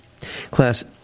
Class